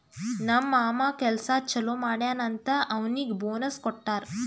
ನಮ್ ಮಾಮಾ ಕೆಲ್ಸಾ ಛಲೋ ಮಾಡ್ಯಾನ್ ಅಂತ್ ಅವ್ನಿಗ್ ಬೋನಸ್ ಕೊಟ್ಟಾರ್